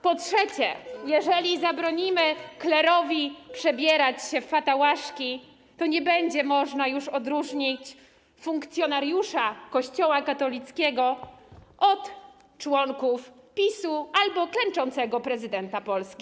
Po trzecie, jeżeli zabronimy klerowi przebierać się w fatałaszki, to nie będzie można już odróżnić funkcjonariusza Kościoła katolickiego od członków PiS-u albo klęczącego prezydenta Polski.